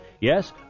Yes